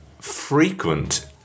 frequent